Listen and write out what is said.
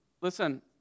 Listen